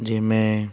जंहिंमें